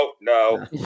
No